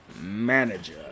manager